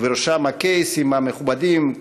ובראשם הקייסים המכובדים,